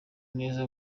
neza